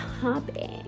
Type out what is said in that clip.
topic